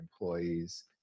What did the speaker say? employees